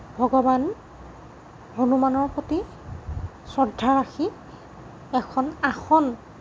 ভগৱান হনুমানৰ প্ৰতি শ্ৰদ্ধা ৰাখি এখন আসন